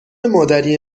مادری